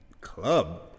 Club